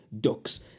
ducks